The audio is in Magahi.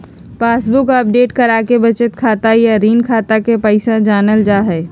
पासबुक अपडेट कराके बचत खाता या ऋण खाता के पैसा जानल जा हय